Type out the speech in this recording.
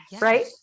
right